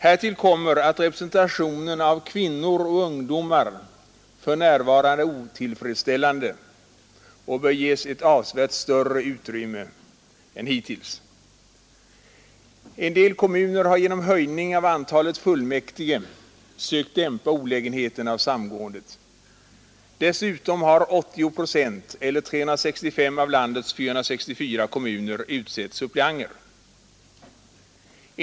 Härtill kommer att representationen av kvinnor och ungdomar för närvarande är otillfredsställande och bör ges ett avsevärt större utrymme i framtiden. En del kommuner har genom höjning av antalet fullmäktige sökt dämpa olägenheten av samgåendet. Dessutom har 80 procent eller 365 av landets 464 kommuner utsett suppleanter för fullmäktige.